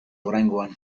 oraingoan